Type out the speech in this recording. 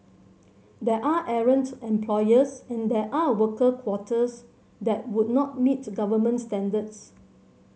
there are errant employers and there are worker quarters that would not meet government standards